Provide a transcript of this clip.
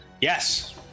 Yes